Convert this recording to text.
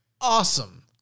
awesome